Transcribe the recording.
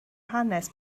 hanes